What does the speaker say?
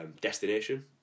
destination